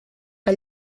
que